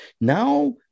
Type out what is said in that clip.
Now